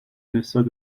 نسبت